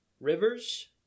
Rivers